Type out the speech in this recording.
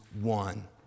one